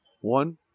one